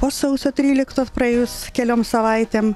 po sausio tryliktos praėjus keliom savaitėm